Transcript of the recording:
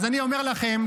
אז אני אומר לכם,